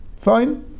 Fine